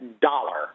dollar